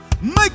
Make